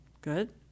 Good